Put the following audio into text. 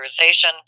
authorization